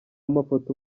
amafoto